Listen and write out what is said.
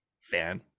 fan